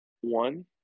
One